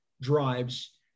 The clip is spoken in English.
drives